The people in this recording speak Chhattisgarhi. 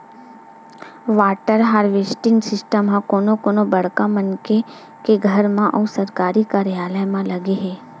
वाटर हारवेस्टिंग सिस्टम ह कोनो कोनो बड़का मनखे के घर म अउ सरकारी कारयालय म लगे हे